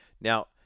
Now